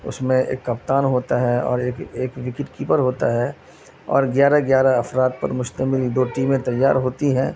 اس میں ایک کپتان ہوتا ہے اور ایک ایک وکٹ کیپر ہوتا ہے اور گیارہ گیارہ افراد پر مشتمل دو ٹیمیں تیار ہوتی ہیں